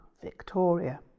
Victoria